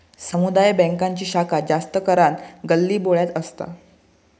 समुदाय बॅन्कांची शाखा जास्त करान गल्लीबोळ्यात असता